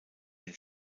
den